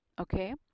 Okay